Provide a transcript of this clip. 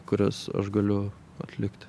kurias aš galiu atlikti